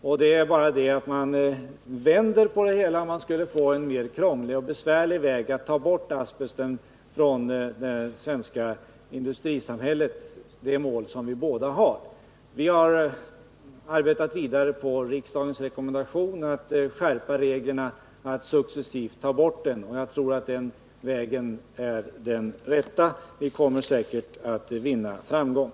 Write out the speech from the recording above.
Detta betyder bara att man vänder på det hela, så att det blir krångligare att ta bort asbest från det svenska industrisamhället — det mål vi båda har. Vi har arbetat vidare på riksdagens rekommendation med att skärpa reglerna och successivt ta bort asbest, och jag tror att den vägen är den rätta. Vi kommer säkert att vinna framgång.